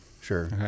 Sure